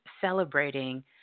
celebrating